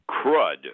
crud